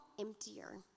emptier